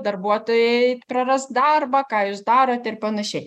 darbuotojai praras darbą ką jūs darot ir panašiai